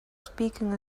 speaking